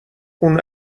اون